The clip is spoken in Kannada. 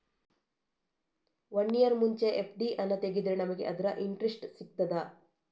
ವನ್ನಿಯರ್ ಮುಂಚೆ ಎಫ್.ಡಿ ಹಣ ತೆಗೆದ್ರೆ ನಮಗೆ ಅದರ ಇಂಟ್ರೆಸ್ಟ್ ಸಿಗ್ತದ?